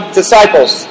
disciples